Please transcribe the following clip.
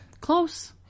Close